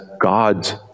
God's